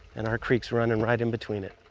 and our creek's running right in between it!